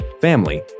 family